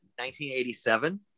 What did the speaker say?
1987